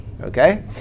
okay